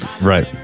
Right